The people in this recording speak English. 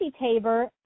Tabor